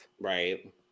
Right